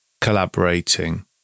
collaborating